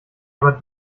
aber